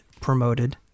promoted